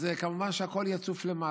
אז כמובן שהכול יצוף למעלה.